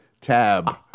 tab